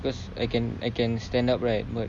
because I can I can stand up right